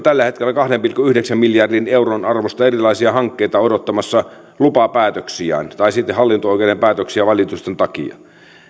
tällä hetkellä kahden pilkku yhdeksän miljardin euron arvosta erilaisia hankkeita odottamassa lupapäätöksiä tai sitten hallinto oikeuden päätöksiä valitusten takia